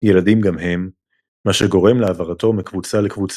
- ילדים גם הם - מה שגורם להעברתו מקבוצה לקבוצה.